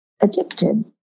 addicted